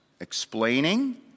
explaining